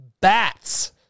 bats